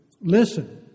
listen